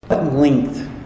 length